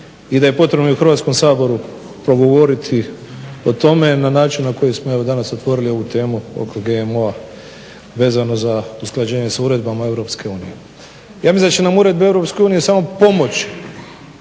i da je potrebno i u Hrvatskom saboru progovoriti o tome na način na koji smo danas otvorili ovu temu oko GMO-a vezano za usklađenje s uredbama Europske unije. Ja mislim da će nam uredbe Europske